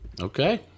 Okay